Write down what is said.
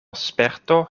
sperto